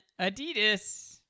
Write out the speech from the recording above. Adidas